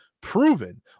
proven